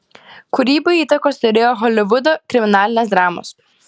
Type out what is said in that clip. kūrybai įtakos turėjo holivudo kriminalinės dramos